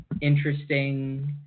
interesting